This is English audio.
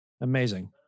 Amazing